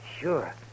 Sure